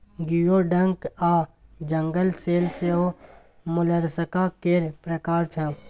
गियो डक आ जंगल सेल सेहो मोलस्का केर प्रकार छै